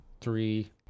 Three